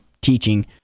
teaching